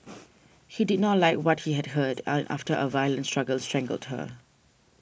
he did not like what he had heard and after a violent struggle strangled her